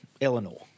Eleanor